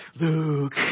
luke